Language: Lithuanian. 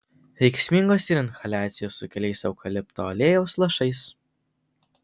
veiksmingos ir inhaliacijos su keliais eukalipto aliejaus lašais